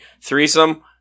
Threesome